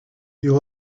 you